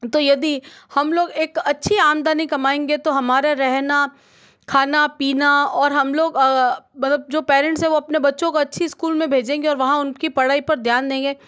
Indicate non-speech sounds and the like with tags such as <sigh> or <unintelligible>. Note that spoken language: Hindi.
तो यदि हम लोग एक अच्छी आमदनी कमाएंगे तो हमारा रहना खाना पीना और हम लोग <unintelligible> जो पेरेंट्स है वह अपने बच्चों को अच्छी स्कूल में भेजेंगे और वहाँ उनकी पढ़ाई पर ध्यान देंगे